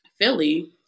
Philly